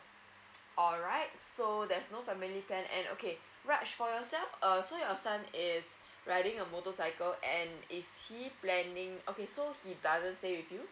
alright so there's no family plan and okay raj for yourself err so your son is riding a motorcycle and is he planning okay so he doesn't stay with you